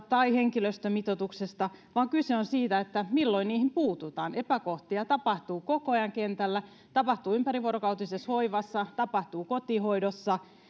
tai henkilöstömitoituksesta vaan kyse on siitä milloin niihin puututaan epäkohtia tapahtuu koko ajan kentällä tapahtuu ympärivuorokautisessa hoivassa tapahtuu kotihoidossa